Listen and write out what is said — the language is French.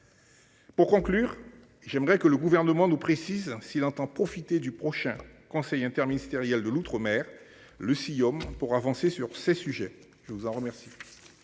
Pour conclure, j'aimerais que le gouvernement nous précise s'il entend profiter du prochain conseil interministériel de l'outre- mer le CIOM pour avancer sur ces sujets, je vous en remercie.